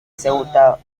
ceuta